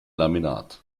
laminat